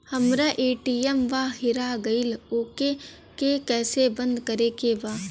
हमरा ए.टी.एम वा हेरा गइल ओ के के कैसे बंद करे के बा?